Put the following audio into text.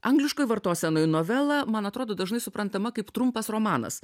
angliškoj vartosenoj novela man atrodo dažnai suprantama kaip trumpas romanas